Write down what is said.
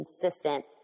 consistent